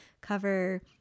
cover